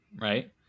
right